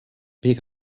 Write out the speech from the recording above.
pick